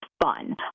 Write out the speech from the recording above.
fun